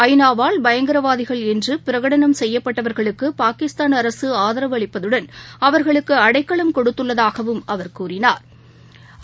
ஐ நா வால் பயங்கரவாதிகள் என்று பிரகடணம் செய்யப்பட்டவர்களுக்கு பாகிஸ்தான் அரசு ஆதரவளிப்பதுடன் அவா்களுக்கு அடைக்கலம் கொடுத்துள்ளதாகவும் அவா் கூறினாா்